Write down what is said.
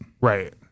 right